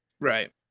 right